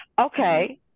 Okay